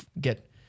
get